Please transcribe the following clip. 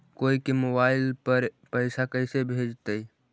कोई के मोबाईल पर पैसा कैसे भेजइतै?